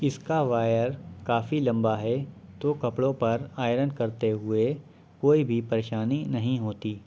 اس کا وائر کافی لمبا ہے تو کپڑوں پر آئرن کرتے ہوے کوئی بھی پریشانی نہیں ہوتی